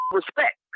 respect